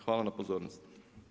Hvala na pozornosti.